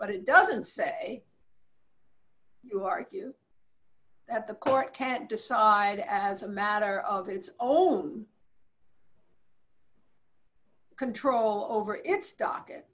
but it doesn't say you argue that the court can't decide as a matter of its own control over its dock